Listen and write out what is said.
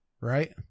right